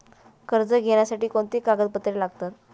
कर्ज घेण्यासाठी कोणती कागदपत्रे लागतात?